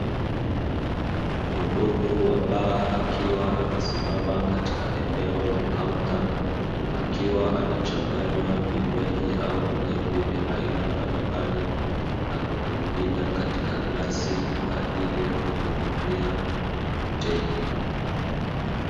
Mhudumu wa baa akiwa amesimama katika eneo la kaunta, akiwa anachanganya vinywaji au vilevi vya aina mbalimbali, na kuvimimina katika glasi kwa ajili ya kumhudumia mteja.